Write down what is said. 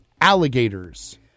alligators